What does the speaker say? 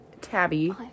tabby